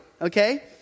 Okay